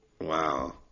Wow